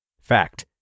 Fact